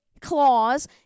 clause